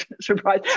surprise